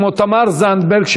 כמו תמר זנדברג,